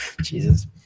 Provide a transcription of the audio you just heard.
Jesus